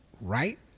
right